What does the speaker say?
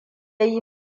yi